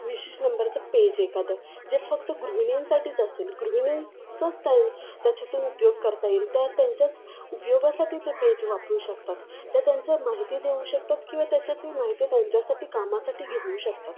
विशेष नंबरचं पेज एखादं जे फक्त गृहिणींसाठीच असेल गृहिणींचा स्टँड त्याच्यातून उपयोग करता येईल त्या त्यांच्याच उपयोगासाठी ते पेज वापरू शकतात त त्यांचं माहिती देऊ शकतात किंवा त्याच्यातील माहिती त्यांच्यासाठी कामासाठी घेऊ शकतात